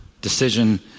decision